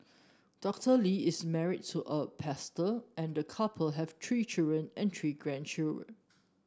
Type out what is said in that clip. Doctor Lee is married to a pastor and the couple have three children and three grandchildren